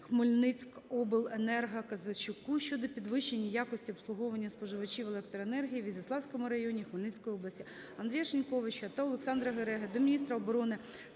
"Хмельницькобленерго" Козачуку щодо підвищення якості обслуговування споживачів електроенергії в Ізяславському районі Хмельницької області. Андрія Шиньковича та Олександра Гереги до міністра оборони, Секретаря